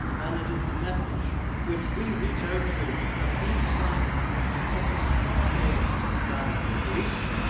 and it is the message which we reach out to at these times because this is far more than a greeting.